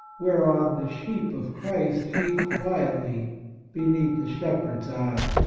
whereon the sheep of christ feed quietly beneath the shepherd's eye.